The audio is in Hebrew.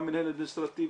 גם מנהל אדמיניסטרטיבי.